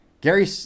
Gary